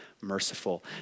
merciful